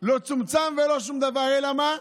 לא צומצם ולא שום דבר, אלא מה?